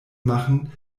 machen